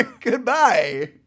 goodbye